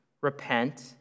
repent